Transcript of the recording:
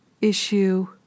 issue